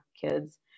kids